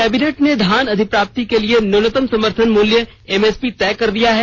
cabinet ने धान अधिप्राप्ति के लिए न्यूनतम समर्थन मूल्य एमएसपी तय कर दिया है